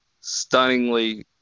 stunningly